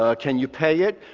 ah can you pay it?